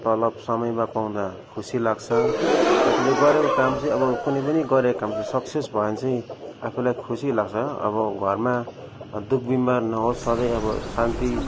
तलब समयमा पाउँदा खुसी लाग्छ आफूले गरेको काम चाहिँ अब कुनै पनि गरेको काम चाहिँ सक्सेस भयो भने चाहिँ आफूलाई खुसी लाग्छ अब घरमा दुःखबिमार नहोस् सधैँ अब शान्ति